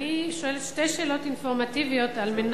אני שואלת שתי שאלות אינפורמטיביות, כדי